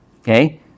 Okay